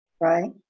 right